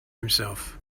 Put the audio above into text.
himself